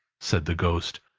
said the ghost.